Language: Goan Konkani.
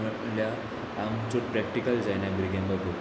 म्हणल्यार आमचो प्रॅक्टीकल जायना भुरग्यां बाबू